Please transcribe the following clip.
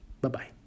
Bye-bye